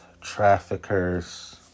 Traffickers